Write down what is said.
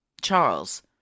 Charles